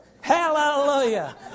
Hallelujah